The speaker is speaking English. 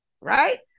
Right